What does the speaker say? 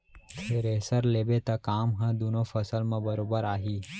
thresher लेबे त काम ह दुनों फसल म बरोबर आही